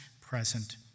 present